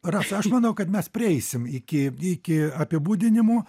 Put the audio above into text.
rasa aš manau kad mes prieisim iki iki apibūdinimų